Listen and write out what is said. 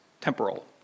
temporal